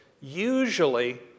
usually